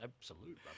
absolute